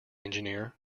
engineer